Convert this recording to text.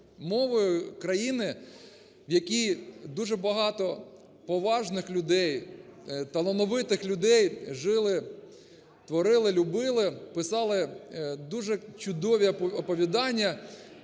мовою країни, в якій дуже багато поважних людей, талановитих людей жили, творили, любили, писали дуже чудові оповідання.